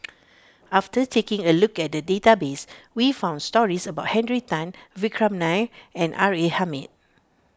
after taking a look at the database we found stories about Henry Tan Vikram Nair and R A Hamid